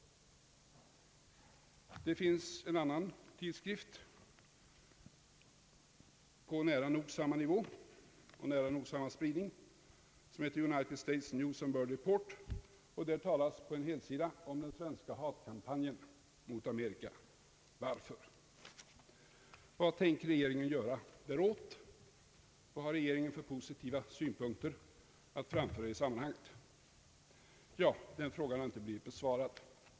Det finns en annan tidskrift på nära nog samma nivå och med nära nog samma spridning som heter U. S. News & World Report, vari på en helsida talas om den svenska hatkampanjen mot USA. Vad tänker regeringen göra åt detta? Vad har regeringen för positiva synpunkter att framföra i sammanhanget? De frågorna har inte blivit besvarade.